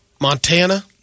Montana